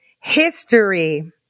history